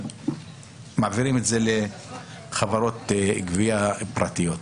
אבל מעבירים לחברות גבייה פרטיות.